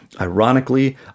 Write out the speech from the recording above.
Ironically